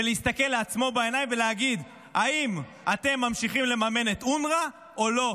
ולהסתכל לעצמו בעיניים ולהגיד: האם אתם ממשיכים לממן את אונר"א או לא?